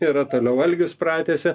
yra toliau algius pratęsia